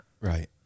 Right